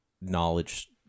knowledge